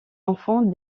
enfants